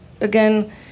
again